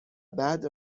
بعد